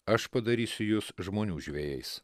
aš padarysiu jus žmonių žvejais